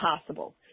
possible